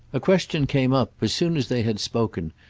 a question came up as soon as they had spoken,